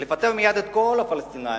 לפטר מייד את כל הפלסטינים,